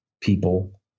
people